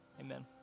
Amen